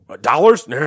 dollars